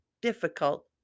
difficult